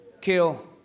kill